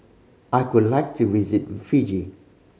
I would like to visit Fiji